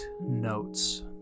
notes